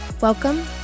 Welcome